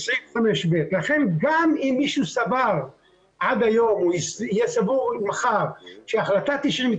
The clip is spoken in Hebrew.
סעיף 5ב. לכן גם אם מישהו סבר עד היום או יהיה סבור מחר שהחלטה 99',